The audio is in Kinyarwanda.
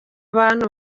abantu